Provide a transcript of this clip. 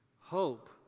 hope